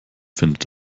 findet